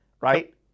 right